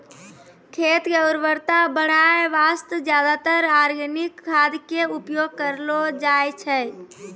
खेत के उर्वरता बढाय वास्तॅ ज्यादातर आर्गेनिक खाद के उपयोग करलो जाय छै